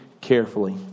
carefully